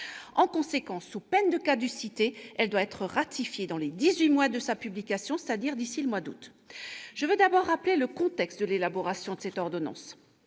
En conséquence, sous peine de caducité, elle doit être ratifiée dans les dix-huit mois suivant sa publication, c'est-à-dire d'ici le mois d'août. Je veux d'abord rappeler le contexte de l'élaboration de cette ordonnance.